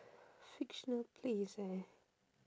fictional place eh